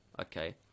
Okay